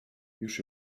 już